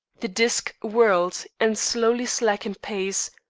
the disc whirled and slowly slackened pace,